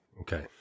Okay